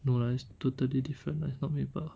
no lah it's totally different leh not maple